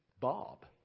Bob